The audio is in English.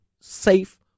safe